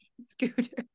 scooter